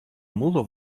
mûle